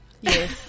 Yes